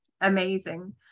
Amazing